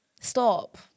Stop